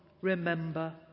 remember